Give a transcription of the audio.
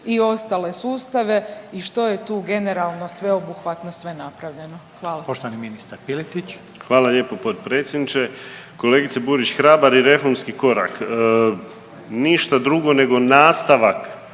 i ostale sustave i što je tu generalno sveobuhvatno sve napravljeno? Hvala. **Reiner, Željko (HDZ)** Poštovani ministar Piletić. **Piletić, Marin (HDZ)** Hvala lijepo potpredsjedniče. Kolegice Burić, hrabar je reformski korak. Ništa drugo nego nastavak